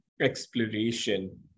exploration